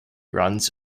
runs